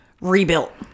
rebuilt